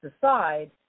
decide